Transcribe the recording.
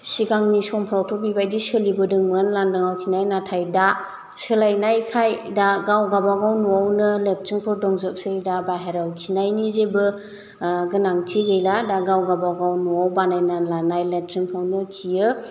सिगांनि समफ्रावथ' बिबादि सोलिबोदोंमोन लांदांआव खिनाय नाथाय दा सोलायनायखाय दा गाव गाबागाव न'आवनो लेथ्रिनफोर दंजोबसै दा बायह्रायाव खिनायनि जेबो गोनांथि गैला दा गाव गावबागावनो न'आव बानायना लानाय लेथ्रिनफ्रावनो खियो